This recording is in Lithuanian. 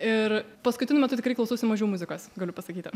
ir paskutiniu metu tikrai klausausi mažiau muzikos galiu pasakyti